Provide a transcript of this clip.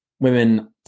women